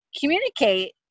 communicate